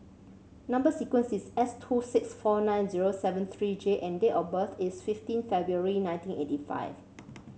number sequence is S two six four nine zero seven three J and date of birth is fifteen February nineteen eighty five